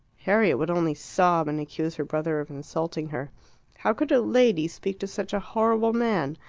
harriet would only sob, and accuse her brother of insulting her how could a lady speak to such a horrible man?